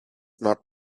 not